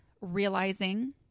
realizing